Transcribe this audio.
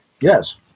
Yes